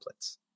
templates